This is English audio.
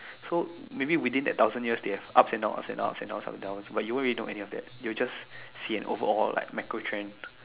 so maybe within that thousand years they have ups and downs ups and downs ups and downs but you won't really know any of that you will just see an overall an micro trend